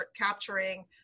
capturing